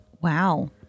Wow